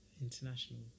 international